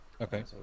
okay